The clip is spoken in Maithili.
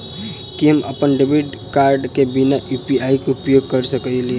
की हम अप्पन डेबिट कार्ड केँ बिना यु.पी.आई केँ उपयोग करऽ सकलिये?